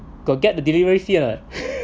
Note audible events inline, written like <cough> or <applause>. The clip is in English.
got get the deliveries here <laughs>